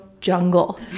jungle